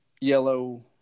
yellow